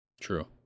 True